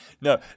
No